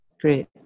great